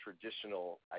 traditional